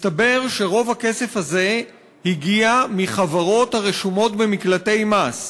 מסתבר שרוב הכסף הזה הגיע מחברות הרשומות במקלטי מס,